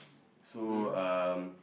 so um